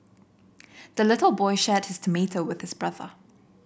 the little boy shared his tomato with his brother